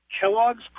Kellogg's